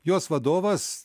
jos vadovas